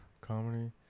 Comedy